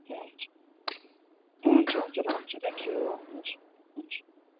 हुन्छ हुन्छ हुन्छ ल हुन्छ थ्याङ्क यू हुन्छ हुन्छ